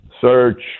search